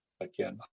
Again